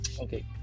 okay